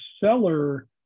seller